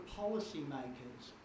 policymakers